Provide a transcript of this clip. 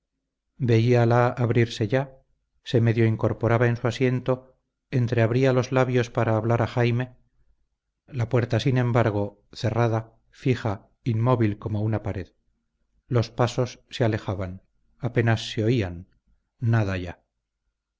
veíala abrirse ya se medio incorporaba en su asiento entreabría los labios para hablar a jaime la puerta sin embargo cerrada fija inmóvil como una pared los pasos se alejaban apenas se oían nada ya